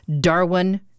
Darwin